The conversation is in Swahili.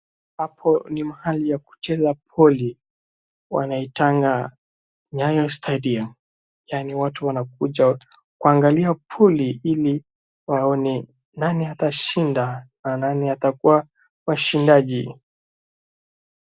Hapo ni mahali ya kucheza boli. Wanaitanga Nyayo Stadium yaani watu wanakuja kuangalia boli ili waone nani atashinda na nani atakuwa washindaji.